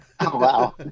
Wow